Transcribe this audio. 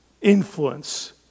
influence